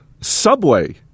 Subway